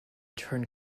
turned